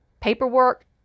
paperwork